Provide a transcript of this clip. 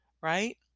right